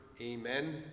amen